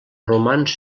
romans